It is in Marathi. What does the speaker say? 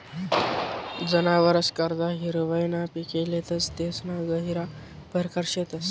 जनावरस करता हिरवय ना पिके लेतस तेसना गहिरा परकार शेतस